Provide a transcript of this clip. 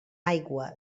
aigua